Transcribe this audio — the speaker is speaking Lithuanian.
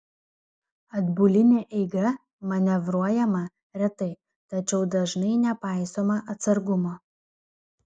atbuline eiga manevruojama retai tačiau dažnai nepaisoma atsargumo